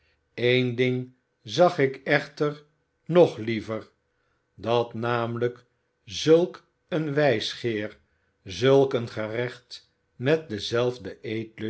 één ding zag ik echter nog liever dat namelijk zulk een wijsgeer zulk een gerecht met denzelfden